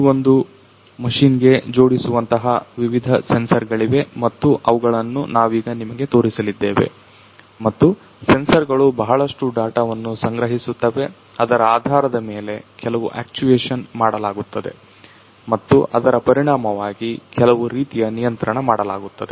ಈ ಒಂದು ಮಷೀನ್ ಗೆ ಜೋಡಿಸುವಂತಹ ವಿವಿಧ ಸೆನ್ಸರ್ ಗಳಿವೆ ಮತ್ತು ಅವುಗಳನ್ನು ನಾವೀಗ ನಿಮಗೆ ತೋರಿಸಲಿದ್ದೇವೆ ಮತ್ತು ಸೆನ್ಸರ್ ಗಳು ಬಹಳಷ್ಟು ಡಾಟಾವನ್ನು ಸಂಗ್ರಹಿಸುತ್ತವೆ ಅದರ ಆಧಾರದ ಮೇಲೆ ಕೆಲವು ಅಕ್ಚುಯೇಶನ್ ಮಾಡಲಾಗುತ್ತದೆ ಮತ್ತು ಅದರ ಪರಿಣಾಮವಾಗಿ ಕೆಲವು ರೀತಿಯ ನಿಯಂತ್ರಣ ಮಾಡಲಾಗುತ್ತದೆ